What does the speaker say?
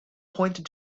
pointed